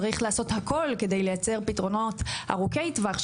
צריך לעשות הכל כדי לייצר פתרונות ארוכי טווח,